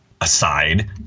aside